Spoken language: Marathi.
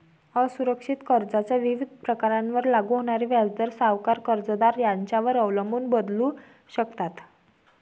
असुरक्षित कर्जाच्या विविध प्रकारांवर लागू होणारे व्याजदर सावकार, कर्जदार यांच्यावर अवलंबून बदलू शकतात